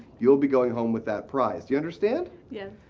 you'll be going home with that prize. do you understand? yes.